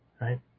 right